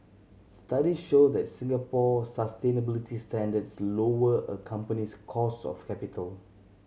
studies show that Singapore sustainability standards lower a company's cost of capital